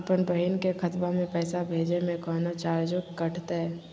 अपन बहिन के खतवा में पैसा भेजे में कौनो चार्जो कटतई?